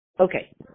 Okay